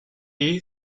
you